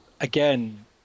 Again